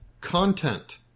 content